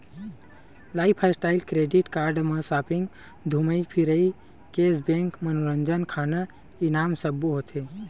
lifestyle credit card म shopping, धूमई फिरई, केस बेंक, मनोरंजन, खाना, इनाम सब्बो होथे